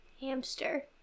hamster